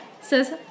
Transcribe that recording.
says